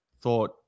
thought